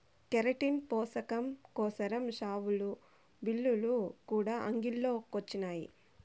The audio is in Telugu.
కెరటిన్ పోసకం కోసరం షావులు, బిల్లులు కూడా అంగిల్లో కొచ్చినాయి